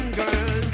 girl